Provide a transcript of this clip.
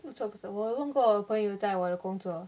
不错不错我问过我朋友在我的工作